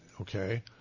Okay